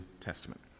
Testament